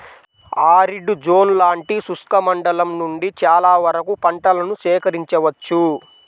arid zone లాంటి శుష్క మండలం నుండి చాలా వరకు పంటలను సేకరించవచ్చు